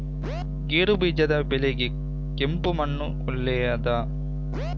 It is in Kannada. ಗೇರುಬೀಜದ ಬೆಳೆಗೆ ಕೆಂಪು ಮಣ್ಣು ಒಳ್ಳೆಯದಾ?